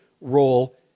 role